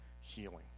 healing